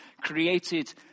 created